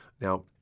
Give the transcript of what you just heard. Now